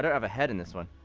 i don't have a head in this one